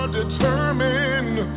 determined